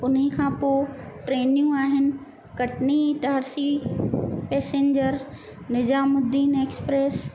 उन्हीअ खां पोइ ट्रेनियूं आहिनि कटनी इटारसी पैसेंजर निज़ामुदीन एक्सप्रेस